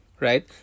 Right